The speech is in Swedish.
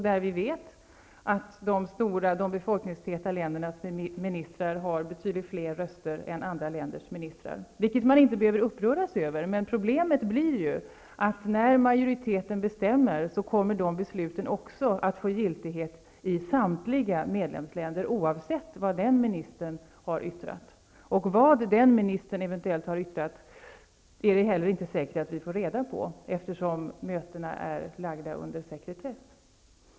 Där har de befolkningstäta ländernas ministrar betydligt fler röster än andra länders. Det sista behöver man inte bli upprörd över, men problemet blir att när majoriteten bestämmer kommer de besluten också att få giltighet i samtliga medlemsländer, oavsett vad ministern för dessa länder yttrat. Och vad den ministern eventuellt har yttrat är det heller inte säkert att vi får reda på, eftersom mötena är lagda under sekretess.